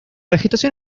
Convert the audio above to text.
vegetación